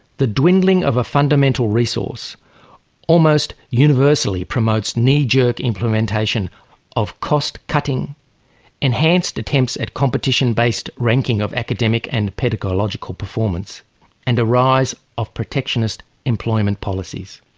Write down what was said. the dwindling of a fundamental resource almost universally promotes knee-jerk implementation of cost cutting enhanced attempts at competition based ranking of academic and pedagogical performance and the rise of protectionist employment policies.